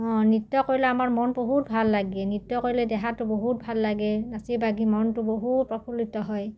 অঁ নৃত্য কৰিলে আমাৰ মন বহুত ভাল লাগে নৃত্য কৰিলে দেহাটো বহুত ভাল লাগে নাচি বাগি মনটো বহুত প্ৰফুল্লিত হয়